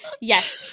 yes